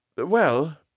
Well